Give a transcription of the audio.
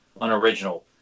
unoriginal